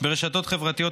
ברשתות חברתיות),